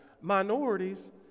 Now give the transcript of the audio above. minorities